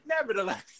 nevertheless